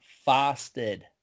fasted